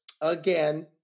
Again